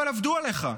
אבל עבדו עליך.